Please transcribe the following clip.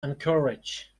anchorage